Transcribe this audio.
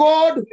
God